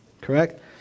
correct